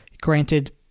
granted